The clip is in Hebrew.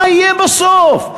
מה יהיה בסוף?